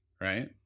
right